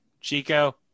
Chico